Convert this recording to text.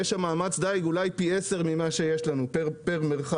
יש שם מאמץ דיג אולי פי עשרה ממה שיש לנו פר מרחב.